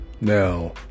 now